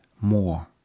more